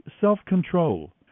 self-control